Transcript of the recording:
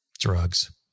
Drugs